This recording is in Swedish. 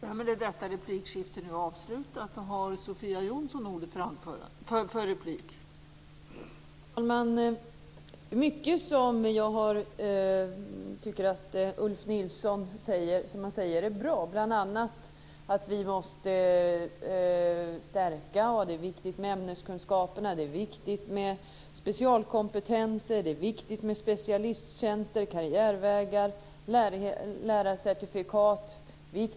Fru talman! Jag tycker att mycket av det som Ulf Nilsson säger är bra, bl.a. att det är viktigt med ämneskunskaperna. Det är viktigt med specialkompetenser. Det är viktigt med specialisttjänster, karriärvägar och lärarcertifikat.